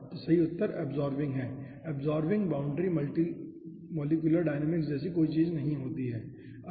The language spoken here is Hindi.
तो सही उत्तर अब्सॉर्बिंग है अब्सॉर्बिंग बाउंड्री मॉलिक्यूलर डायनामिक्स जैसी कोई चीज़ नहीं है